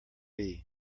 hiv